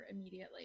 immediately